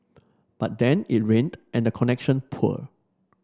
but then it rained and the connection poor